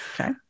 okay